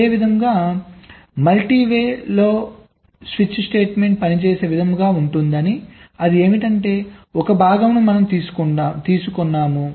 అదే విధముగా multi selection లో స్విచ్ స్టేట్ మెంట్ పనిచేసే విధముగా ఉంటుంది అది ఏమిటంటే ఒక భాగమును మనము తీసుకోము